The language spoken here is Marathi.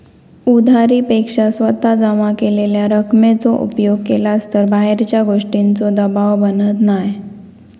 उधारी पेक्षा स्वतः जमा केलेल्या रकमेचो उपयोग केलास तर बाहेरच्या गोष्टींचों दबाव बनत नाय